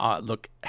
look